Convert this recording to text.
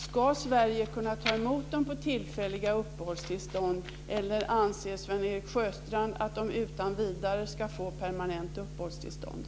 Ska Sverige kunna ta emot dem med tillfälliga uppehållstillstånd, eller anser Sven Erik Sjöstrand att de utan vidare ska få permanent uppehållstillstånd?